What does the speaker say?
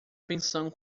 pensão